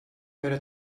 però